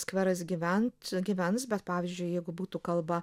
skveras gyvent gyvens bet pavyzdžiui jeigu būtų kalba